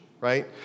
right